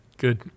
Good